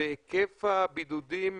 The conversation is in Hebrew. בהיקף הבידודים